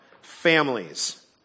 families